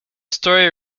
story